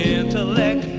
intellect